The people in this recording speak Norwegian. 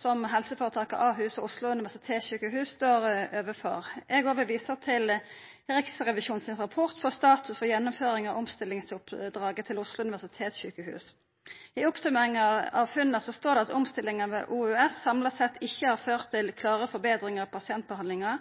som helseforetaka Ahus og Oslo universitetssykehus står overfor. Eg òg vil visa til Riksrevisjonen sin rapport om «Status for gjennomføring av omstillingsoppdraget til Oslo universitetssykehus HF.» I oppsummeringa av funna står det at omstillinga ved OUS samla sett ikkje har ført til klare forbetringar i pasientbehandlinga: